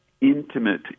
intimate